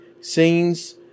scenes